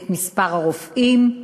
את מספר הרופאים,